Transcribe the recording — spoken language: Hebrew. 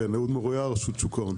כן, אני מרשות שוק ההון.